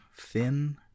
thin